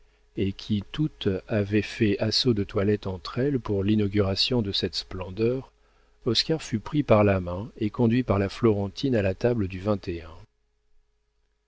et qui toutes avaient fait assaut de toilette entre elles pour l'inauguration de cette splendeur oscar fut pris par la main et conduit par florentine à la table du